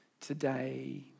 today